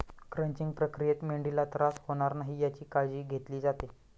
crunching प्रक्रियेत मेंढीला त्रास होणार नाही याची काळजी घेतली जाते